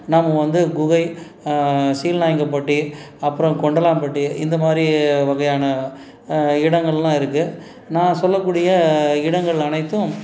நம்ம வந்து குகை சீலநாயக்கன்பட்டி அப்புறோம் கொண்டலாம்பட்டி இந்த மாதிரி வகையான இடங்கள்லாம் இருக்குது நான் சொல்லக்கூடிய இடங்கள் அனைத்தும்